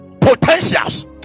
potentials